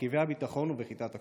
במרכיבי הביטחון ובכיתת הכוננות.